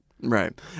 Right